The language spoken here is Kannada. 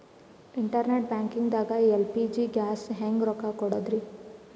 ಇಂಟರ್ನೆಟ್ ಬ್ಯಾಂಕಿಂಗ್ ದಾಗ ಎಲ್.ಪಿ.ಜಿ ಗ್ಯಾಸ್ಗೆ ಹೆಂಗ್ ರೊಕ್ಕ ಕೊಡದ್ರಿ?